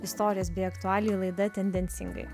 istorijos bei aktualijų laida tendencingai